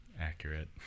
Accurate